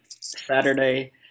Saturday